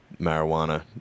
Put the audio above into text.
marijuana